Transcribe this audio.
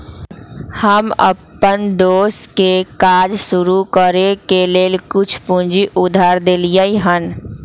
हम अप्पन दोस के काज शुरू करए के लेल कुछ पूजी उधार में देलियइ हन